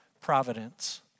Providence